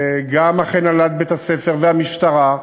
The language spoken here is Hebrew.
גם אכן הנהלת בית-הספר והמשטרה,